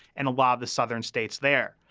and a lot of the southern states there.